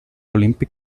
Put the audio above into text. olímpic